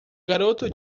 garoto